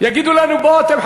יגידו לנו: בואו אתם,